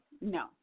No